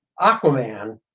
Aquaman